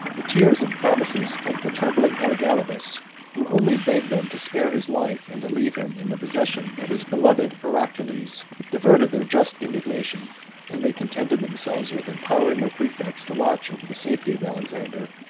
the tears and promises of the trembling elagabalus, who only begged them to spare his life, and to leave him in the possession of his beloved hierocles, diverted their just indignation and they contented themselves with empowering their praefects to watch over the safety of alexander,